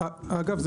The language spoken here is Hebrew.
אגב,